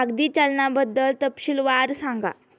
कागदी चलनाबद्दल तपशीलवार सांगा